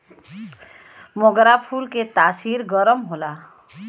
मोगरा फूल के तासीर गरम होला